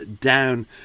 down